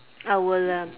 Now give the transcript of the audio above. I will uh